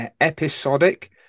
episodic